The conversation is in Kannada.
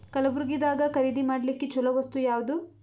ಕಲಬುರ್ಗಿದಾಗ ಖರೀದಿ ಮಾಡ್ಲಿಕ್ಕಿ ಚಲೋ ವಸ್ತು ಯಾವಾದು?